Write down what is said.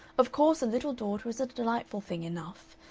of course a little daughter is a delightful thing enough.